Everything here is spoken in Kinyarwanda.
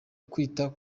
kwita